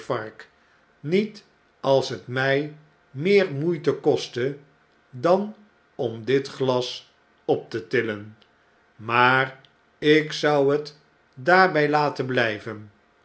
niet als het mij meer moeite kostte dan om dit glas optetillen maar ik zou het daarbij laten blijven